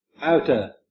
outer